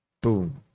boom